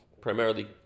primarily